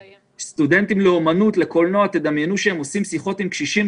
תדמיינו שסטודנטים לאומנות ולקולנוע עושים שיחות עם קשישים